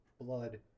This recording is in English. blood